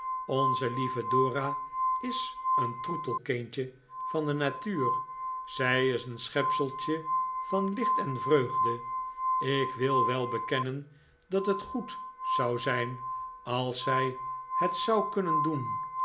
onze lieve dora is een troetelkindje van de natuur zij is een schepseltje van licht en vreugde ik wil wel bekennen dat het goed zou zijn als zij het zou kunnen doen